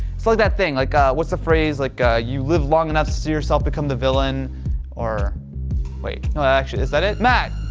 so that thing, like ah what's the phrase like ah you live long enough to see yourself become the villain or wait, you know actually, is that it? matt,